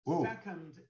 second